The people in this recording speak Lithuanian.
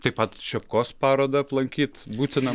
taip pat šepkos parodą aplankyt būtina